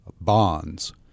bonds